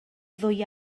ddwy